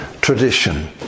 tradition